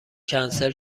کنسل